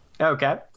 Okay